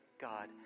God